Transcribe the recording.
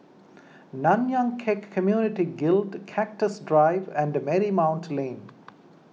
Nanyang Khek Community Guild Cactus Drive and Marymount Lane